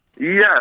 Yes